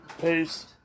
peace